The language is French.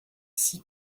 six